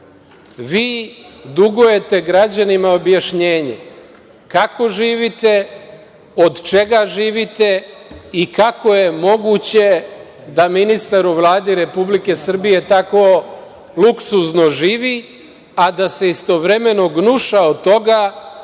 dugujete građanima objašnjenje kako živite, od čega živite i kako je moguće da ministar u Vladi Republike Srbije tako luksuzno živi, a da se istovremeno gnuša od toga